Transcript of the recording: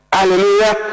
Hallelujah